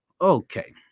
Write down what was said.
Okay